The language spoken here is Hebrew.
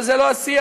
אבל זה לא השיח.